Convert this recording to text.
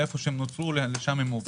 מאיפה שנוצרו לשם הם עוברים.